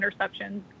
interceptions